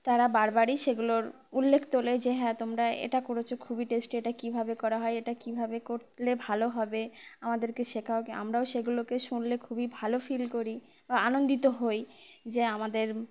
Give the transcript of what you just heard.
তারা বারবারই সেগুলোর উল্লেখ তোলে যে হ্যাঁ তোমরা এটা করেছো খুবই টেস্ট এটা কীভাবে করা হয় এটা কীভাবে করলে ভালো হবে আমাদেরকে শেখাও আমরাও সেগুলোকে শুনলে খুবই ভালো ফিল করি বা আনন্দিত হই যে আমাদের